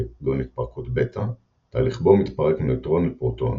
כגון התפרקות בטא – תהליך בו מתפרק נייטרון לפרוטון,